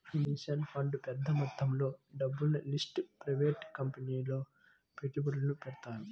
pension ఫండ్లు పెద్ద మొత్తంలో డబ్బును లిస్టెడ్ ప్రైవేట్ కంపెనీలలో పెట్టుబడులు పెడతారు